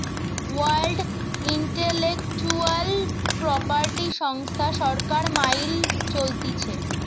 world intellectual property সংস্থা সরকার মাইল চলতিছে